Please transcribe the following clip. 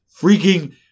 freaking